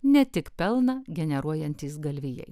ne tik pelną generuojantys galvijai